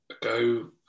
go